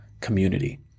community